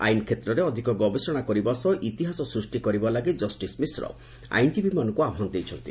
ଆଇନ କ୍ଷେତ୍ରରେ ଅଧିକ ଗବେଷଣା କରିବା ସହ ଇତିହାସ ସୃଷ୍କି କରିବା ଲାଗି ଜଷ୍ଟିସ୍ ମିଶ୍ର ଆଇନକୀବୀମାନଙ୍କୁ ଆହ୍ବାନ ଦେଇଛନ୍ତି